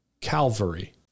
Calvary